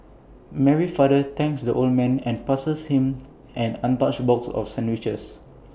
Mary's father thanked the old man and passed him an untouched box of sandwiches